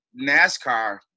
NASCAR